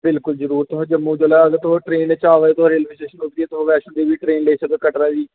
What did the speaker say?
बिल्कुल जी जरुर तुसें जम्मू आना जेह्लै औगे तुस ट्रेन च आवा दे रेलवे स्टेशन उतरियै वैष्णो देवी दी ट्रेन लेई सकदे ओ कटरा दी